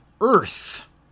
Earth